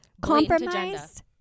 compromised